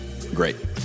Great